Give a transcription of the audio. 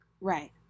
Right